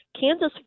kansas